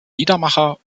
liedermacher